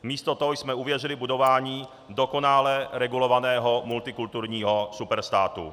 Místo toho jsme uvěřili budování dokonale regulovaného multikulturního superstátu.